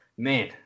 Man